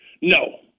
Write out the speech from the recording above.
No